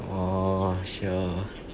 oh sure